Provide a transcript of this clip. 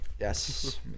Yes